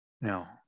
Now